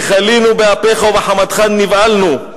כי כלינו באפך ובחמתך נבהלנו.